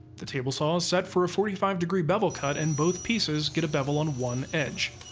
the table saw is set for a forty five degree bevel cut, and both pieces get a bevel on one edge.